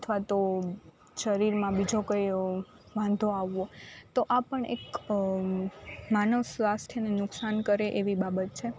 અથવા તો શરીરમાં બીજો કોઈ એવો વાંધો આવવો તો આ પણ એક માનવ સ્વાસ્થ્યને નુકસાન કરે એવી બાબત છે